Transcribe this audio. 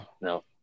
No